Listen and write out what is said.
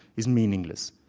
is meaningless.